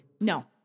no